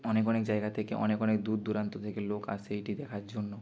অনেক অনেক জায়গা থেকে অনেক অনেক দূর দূরান্ত থেকে লোক আসে এটি দেখার জন্য